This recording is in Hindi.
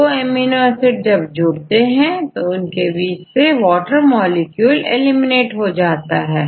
दो एमिनो एसिड जब जोड़ते हैं तो इनके बीच से वॉटर मॉलिक्यूल एलिमिनेट हो जाता है